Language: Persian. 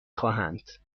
خواهند